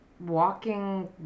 walking